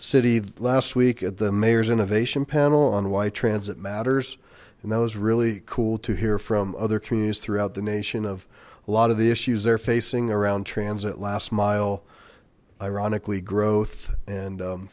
city last week at the mayor's innovation panel on why transit matters and that was really cool to hear from other communities throughout the nation of a lot of the issues they're facing around transit last mile ironically growth and